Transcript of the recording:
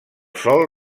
sol